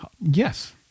Yes